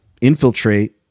infiltrate